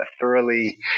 thoroughly